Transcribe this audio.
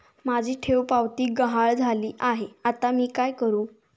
माझी ठेवपावती गहाळ झाली आहे, आता मी काय करु?